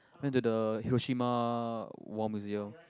went to the Hiroshima War Museum